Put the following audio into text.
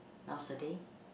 nowadays